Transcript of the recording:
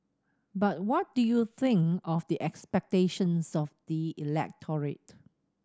but what do you think of the expectations of the electorate